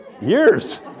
Years